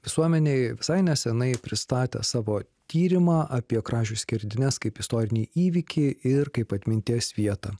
visuomenei visai neseniai pristatę savo tyrimą apie kražių skerdynes kaip istorinį įvykį ir kaip atminties vietą